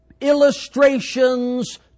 illustrations